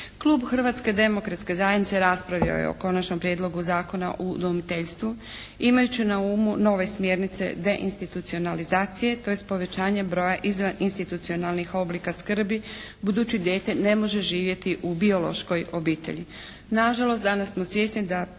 Klub Hrvatske demokratske zajednice raspravio je o Konačnom prijedlogu Zakona o udomiteljstvu imajući na umu nove smjernice deinstitucionalizacije tj. povećanje broja institucionalnih oblika skrbi budući dijete ne može živjeti u biološkoj obitelji.